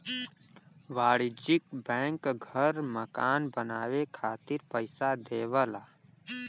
वाणिज्यिक बैंक घर मकान बनाये खातिर पइसा देवला